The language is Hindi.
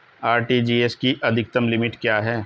आर.टी.जी.एस की अधिकतम लिमिट क्या है?